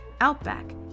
Outback